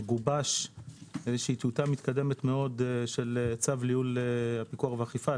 גובשה טיוטה מתקדמת מאוד של צו לייעול הפיקוח והאכיפה,